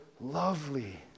lovely